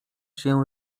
się